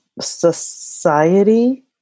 Society